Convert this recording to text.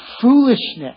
foolishness